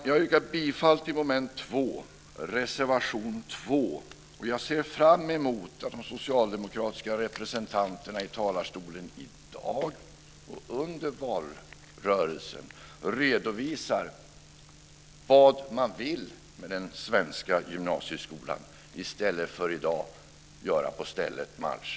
Jag yrkar bifall till reservation 2 under punkt 2, och jag ser fram emot att de socialdemokratiska representanterna i talarstolen i dag och under valrörelsen redovisar vad man vill med den svenska gymnasieskolan i stället för att som i dag göra på stället marsch.